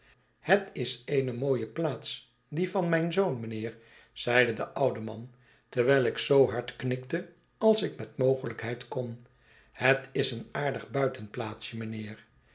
het is eene mooie plaats die van mijn zoon mijnheer zeide de oude man terwijl ik zoo hard knikte als ik met mogelijkheid kon het is een aardig buitenplaatsje mijnheer